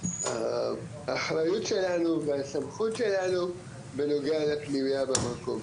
האחריות שלנו והסמכות שלנו בנוגע לפנימייה במקום.